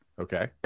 Okay